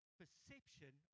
perception